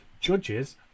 judges